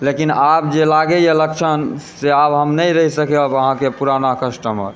लेकिन आब जे लागैए लक्षणसे आब हम नहि रहि सकब पुराना कस्टमर